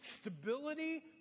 stability